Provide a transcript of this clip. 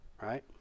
right